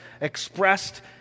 expressed